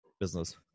business